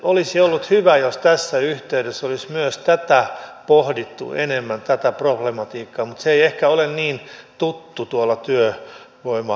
olisi ollut hyvä jos tässä yhteydessä olisi pohdittu enemmän myös tätä problematiikkaa vaikka se ei ehkä ole niin tuttu tuolla työvoimahallinnossa